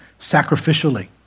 sacrificially